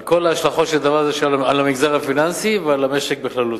על כל ההשלכות של דבר זה על המגזר הפיננסי ועל המשק בכללותו.